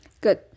good